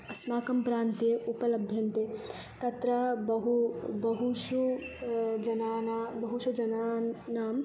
अस्माकं प्रान्ते उपलभ्यन्ते तत्र बहु बहुषु जनानां बहुषु जनान् नां